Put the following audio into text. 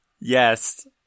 Yes